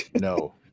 No